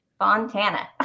Fontana